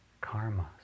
karma